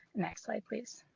next slide, please.